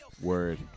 Word